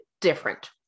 different